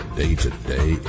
day-to-day